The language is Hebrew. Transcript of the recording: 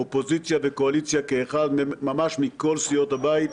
אופוזיציה וקואליציה, כאחד, ממש מכל סיעות הבית,